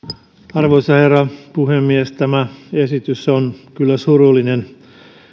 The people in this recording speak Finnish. arvoisa herra puhemies tämä esitys on kyllä surullinen